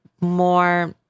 more